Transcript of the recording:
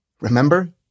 remember